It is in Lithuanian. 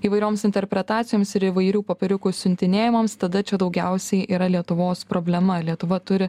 įvairioms interpretacijoms ir įvairių popieriukų siuntinėjimams tada čia daugiausiai yra lietuvos problema lietuva turi